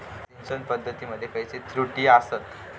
सिंचन पद्धती मध्ये खयचे त्रुटी आसत?